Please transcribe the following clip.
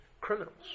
criminals